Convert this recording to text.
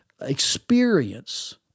experience